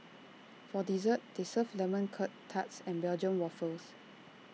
for dessert they serve lemon Curt tarts and Belgium Waffles